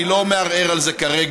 אני לא מערער על זה כרגע,